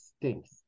stinks